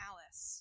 Alice